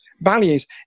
values